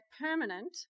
permanent